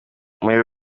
umuriro